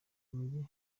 mijyi